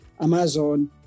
Amazon